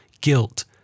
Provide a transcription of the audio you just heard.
guilt